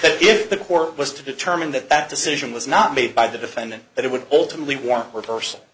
but if the court was to determine that that decision was not made by the defendant that it would ultimately want were personal